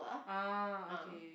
ah okay